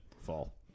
Fall